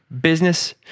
Business